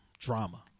Drama